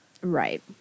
Right